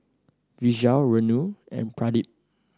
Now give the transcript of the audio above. Vishal Renu and Pradip